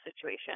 situation